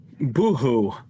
boohoo